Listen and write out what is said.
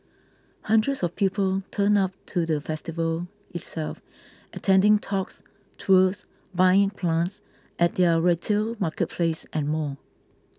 hundreds of people turned up to the festival itself attending talks tours buying plants at their retail marketplace and more